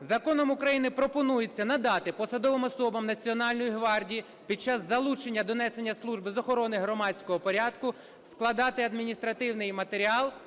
Законом України пропонується надати посадовим особам Національної гвардії під час залучення до несення служби з охорони громадського порядку складати адміністративний матеріал,